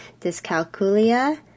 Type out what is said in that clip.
dyscalculia